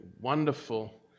wonderful